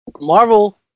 Marvel